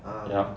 yup